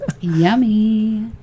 Yummy